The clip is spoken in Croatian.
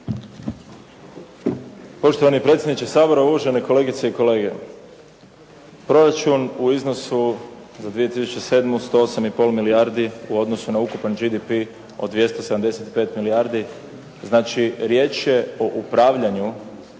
Poštovani predsjedniče Sabora, uvažene kolegice i kolege. Proračun u iznosu za 2007. 108 i pol milijardi u odnosu na ukupan GDP od 275 milijardi. Znači riječ je o upravljanju